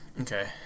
Okay